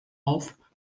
auf